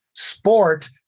Sport